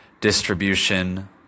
distribution